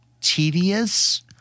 tedious